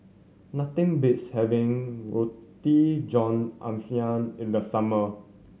nothing beats having Roti John Ayam in the summer